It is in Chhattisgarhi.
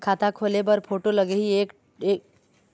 खाता खोले बर फोटो लगही एक एक ठो अउ आधार कारड भी लगथे?